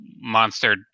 Monster